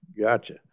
Gotcha